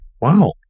wow